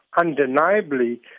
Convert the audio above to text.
undeniably